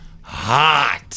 hot